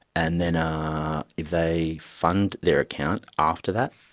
and then if they fund their account after that,